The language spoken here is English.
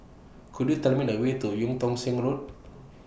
Could YOU Tell Me The Way to EU Tong Sen Road